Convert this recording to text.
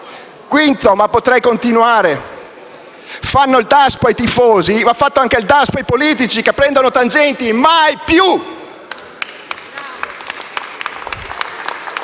E ancora, ma potrei continuare - "fanno il DASPO ai tifosi, va fatto il DASPO ai politici che prendono tangenti: mai più!"